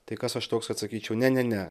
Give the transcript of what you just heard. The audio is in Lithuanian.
tai kas aš toks kad sakyčiau ne ne ne